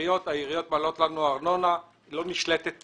אתם לא רוצים לתת כסף לעיריות והעיריות מעלות לנו ארנונה לא נשלטת בכלל.